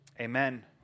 Amen